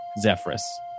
Zephyrus